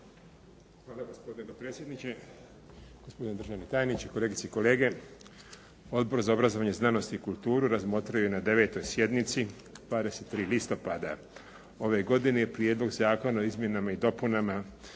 Hvala gospodine potpredsjedniče. Gospodine državni tajniče, kolegice i kolege. Odbor za obrazovanje, znanost i kulturu razmotrio je na 29. sjednici 21. listopada ove godine Prijedlog zakona o izmjenama i dopunama